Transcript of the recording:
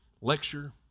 lecture